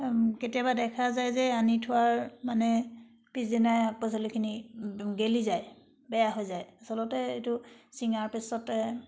কেতিয়াবা দেখা যায় যে আনি থোৱাৰ মানে পিচদিনাই শাক পাচলিখিনি গেলি যায় বেয়া হৈ যায় আচলতে এইটো ছিঙাৰ পিছতে